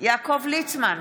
יעקב ליצמן,